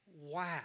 Wow